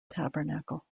tabernacle